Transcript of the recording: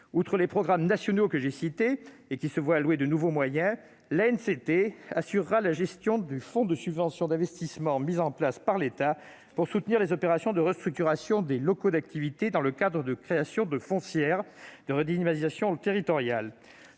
outre les programmes nationaux que j'ai cités et qui se voient allouer de nouveaux moyens, l'ANCT assurera la gestion du fonds de subventions d'investissement mis en place par l'État, pour soutenir les opérations de restructuration des locaux d'activité dans le cadre de création de foncières de redynamisation territoriale.